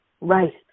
Right